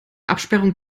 absperrung